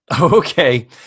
Okay